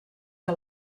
que